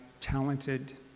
talented